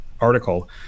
article